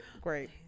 Great